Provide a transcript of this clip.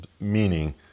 meaning